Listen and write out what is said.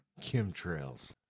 chemtrails